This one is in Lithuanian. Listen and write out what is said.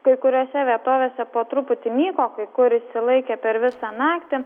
kai kuriose vietovėse po truputį nyko kai kur išsilaikė per visą naktį